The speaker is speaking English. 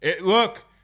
Look